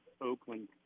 Oakland